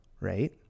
Right